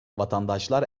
vatandaşlar